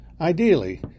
Ideally